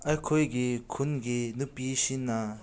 ꯑꯩꯈꯣꯏꯒꯤ ꯈꯨꯟꯒꯤ ꯅꯨꯄꯤꯁꯤꯡꯅ